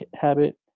habit